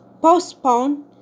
postpone